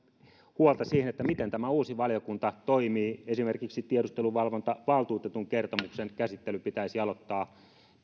huolta siihen miten tämä uusi valiokunta toimii esimerkiksi tiedusteluvalvontavaltuutetun kertomuksen käsittely pitäisi aloittaa